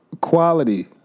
quality